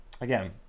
again